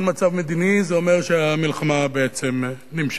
אין מצב מדיני, זה אומר שהמלחמה בעצם נמשכת.